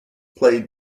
play